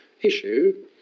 issue